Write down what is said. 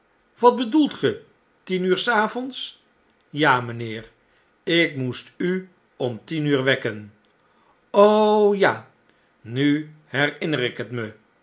wat bedoelt ge tien uur s avonds ja mijnheer ik moest u om tien uur wekken ja nu herinner ik het me